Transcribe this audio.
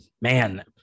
man